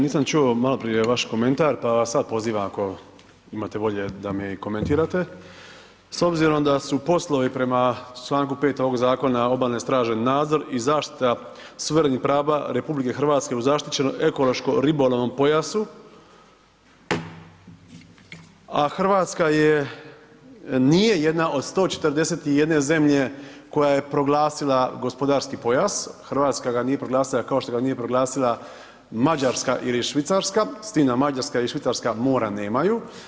Nisam čuo maloprije vaš komentar, pa vas sada pozivam ako imate volje da mi komentirate s obzirom da su poslovi prema članku 5. ovog zakona obalne straže nadzor i zaštita suverenih prava RH u zaštićenom ekološko-ribolovnom pojasu, a Hrvatska nije jedna od 141 zemlje koja je proglasila gospodarski pojas Hrvatska ga nije proglasila kao što ga nije proglasila Mađarska ili Švicarska, s tim da Mađarska i Švicarska mora nemaju.